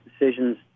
decisions